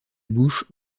bouche